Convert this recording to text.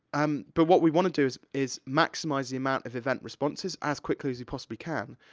um but what we wanna do is, is maximise the amount of event responses as quickly as you possibly can.